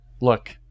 Look